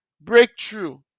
breakthrough